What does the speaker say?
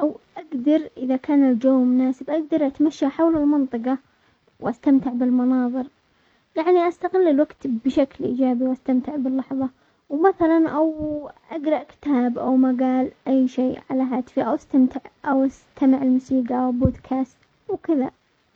او اقدر اذا كان الجو مناسب اقدر اتمشى حول المنطقة واستمتع بالمناظر ،يعني استغل الوقت بشكل ايجابي واستمتع باللحظة، ومثلا او اقرا كتاب او مقال اي شي على هاتفي، او استمتع-او استمع لموسيقى وبودكاست وكذا.